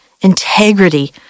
integrity